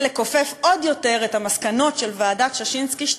לכופף עוד יותר את המסקנות של ועדת ששינסקי 2,